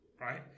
right